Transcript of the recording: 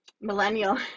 millennial